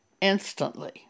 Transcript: instantly